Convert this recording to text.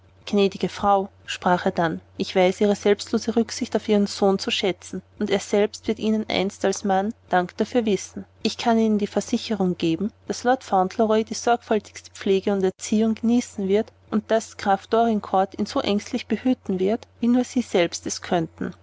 gnädige frau sprach er dann ich weiß ihre selbstlose rücksicht auf ihren sohn zu schätzen und er selbst wird ihnen einst als mann dank dafür wissen ich kann ihnen die versicherung geben daß lord fauntleroy die sorgfältigste pflege und erziehung genießen wird und daß graf dorincourt ihn so ängstlich behüten wird wie nur sie selbst es könnten